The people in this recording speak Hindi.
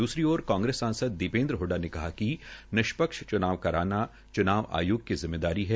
द्सरी ओर कांग्रेस सांसद दीपेन्द्र हडा ने कहा है कि निष्पक्ष च्नाव करना च्नाव आयोग की जिम्मेदारी है